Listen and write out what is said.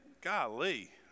Golly